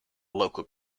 local